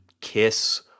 kiss